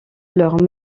leur